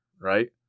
right